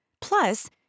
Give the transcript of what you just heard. Plus